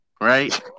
right